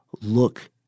look